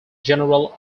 general